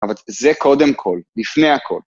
אבל זה קודם כל, לפני הכל.